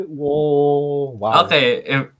Okay